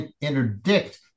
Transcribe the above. interdict